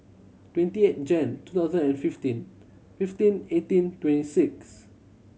twenty eight Jan two thousand and fifteen fifteen eighteen twenty six